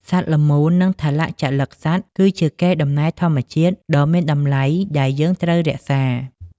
សត្វល្មូន និងថលជលិកសត្វគឺជាកេរដំណែលធម្មជាតិដ៏មានតម្លៃដែលយើងត្រូវរក្សា។